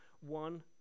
one